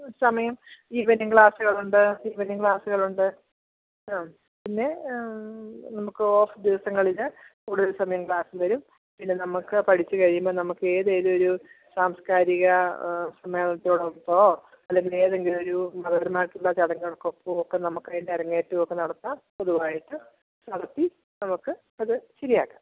സമയം ഈവനിങ് ക്ലാസുകളുണ്ട് ഈവനിങ് ക്ലാസുകളുണ്ട് ആ പിന്നെ നമുക്ക് ഓഫ് ദിവസങ്ങളിൽ കൂടുതൽ സമയം ക്ലാസ് വരും പിന്നെ നമുക്ക് പഠിച്ചു കഴിയുമ്പോൾ നമുക്ക് ഏത് ഏതേലും സാംസ്കാരിക സമ്മേളനത്തോടൊപ്പമോ അല്ലെങ്കിൽ ഏതെങ്കിലും ഒരു മതപരമായിട്ടുള്ള ചടങ്ങുകൾക്കൊപ്പമൊക്കെ നമുക്ക് അതിൻ്റെ അരങ്ങേറ്റം ഒക്കെ നടത്താം പൊതുവായിട്ട് നടത്തി നമുക്ക് അത് ശരിയാക്കാം